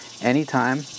Anytime